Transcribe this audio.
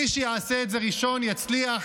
מי שיעשה את זה ראשון, יצליח.